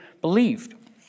believed